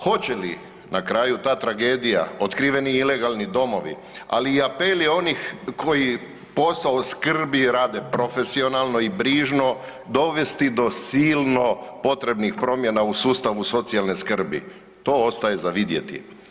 Hoće li na kraju ta tragedija, otkriveni ilegalni domovi, ali i apeli onih koji posao skrbi i rade profesionalno i brižno dovesti do silno potrebnih promjena u sustavu socijalne skrbi, to ostaje za vidjeti.